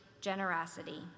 generosity